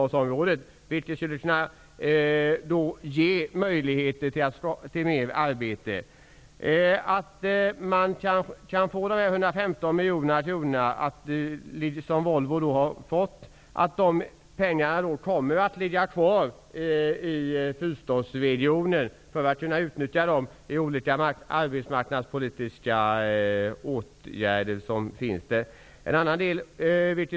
Det skulle kunna ge möjligheter till mer arbete. Det är viktigt att de 115 miljoner som Volvo har fått kommer att ligga kvar i fyrstadsregionen, så att man kan utnyttja dem för olika arbetsmarknadspolitiska åtgärder.